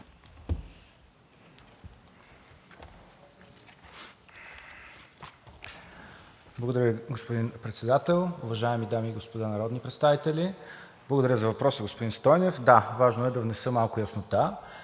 Благодаря Ви, господин Председател. Уважаеми дами и господа народни представители! Благодаря за въпроса, господин Стойнев! Да, важно е да внеса малко яснота.